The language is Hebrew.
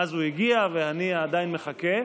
מאז הוא הגיע והנייה עדיין מחכה,